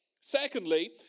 Secondly